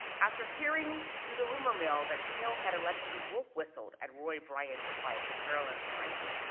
after hearing through the rumor mill that till had allegedly wolf-whistled at roy bryant's wife, carolyn bryant,